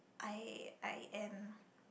I I am